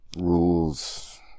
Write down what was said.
rules